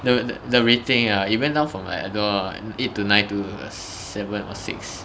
the the rating ah it went down from like I don't know lah eight to nine to seven or six